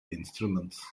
instruments